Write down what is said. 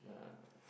uh